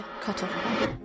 cutoff